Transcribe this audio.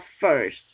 first